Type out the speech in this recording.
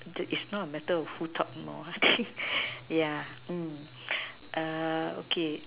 the is not a matter of who talk more yeah okay